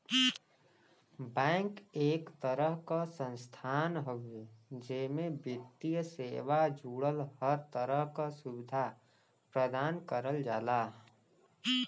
bank एक तरह क संस्थान हउवे जेमे वित्तीय सेवा जुड़ल हर तरह क सुविधा प्रदान करल जाला